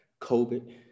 COVID